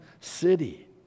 city